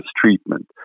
treatment